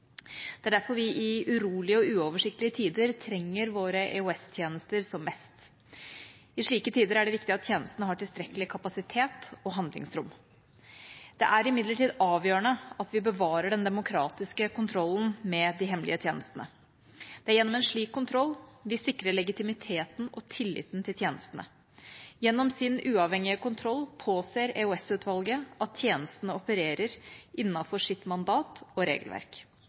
Det er derfor vi i urolige og uoversiktlige tider trenger våre EOS-tjenester som mest. I slike tider er det viktig at tjenestene har tilstrekkelig kapasitet og handlingsrom. Det er imidlertid avgjørende at vi bevarer den demokratiske kontrollen med de hemmelige tjenestene. Det er gjennom en slik kontroll vi sikrer legitimiteten og tilliten til tjenestene. Gjennom sin uavhengige kontroll påser EOS-utvalget at tjenestene opererer innenfor sitt mandat og regelverk.